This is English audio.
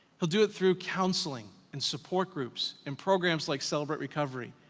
he'll do it through counseling and support groups and programs like celibate recovery.